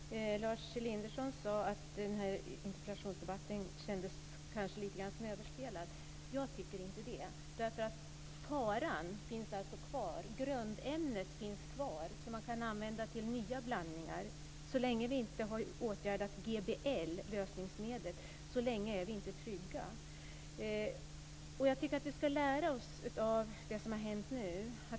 Herr talman! Lars Elinderson sade att interpellationsdebatten kändes lite överspelad. Jag tycker inte det. Faran finns kvar. Grundämnet finns kvar, och det kan användas till nya blandningar. Så länge inte GBL, lösningsmedlet, har åtgärdats, så länge är vi inte trygga. Vi ska lära oss av det som har hänt.